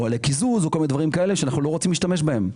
כמו קיזוז וכל מיני דברים כאלה שאנחנו לא רוצים להשתמש בהם,